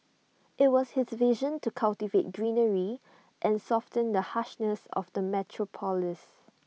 IT was his vision to cultivate greenery and soften the harshness of the metropolis